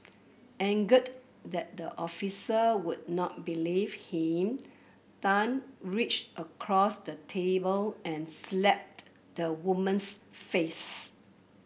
angered that the officer would not believe him Tan reached across the table and slapped the woman's face